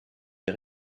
est